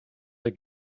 der